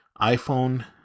iPhone